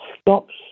stops